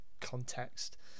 context